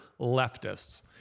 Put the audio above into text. leftists